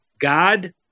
God